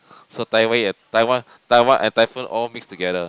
so Taiwan Taiwan Taiwan and typhoon all mix together